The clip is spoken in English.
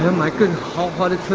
my whole body